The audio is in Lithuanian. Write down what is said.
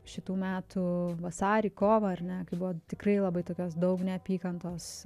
šitų metų vasarį kovą ar ne kai buvo tikrai labai tokios daug neapykantos